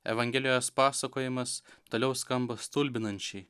evangelijos pasakojimas toliau skamba stulbinančiai